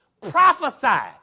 prophesy